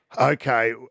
Okay